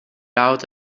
out